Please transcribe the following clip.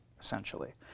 essentially